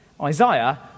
Isaiah